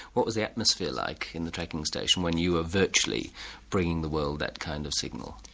what was the atmosphere like in the tracking station when you were virtually bringing the world that kind of signal?